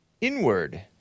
inward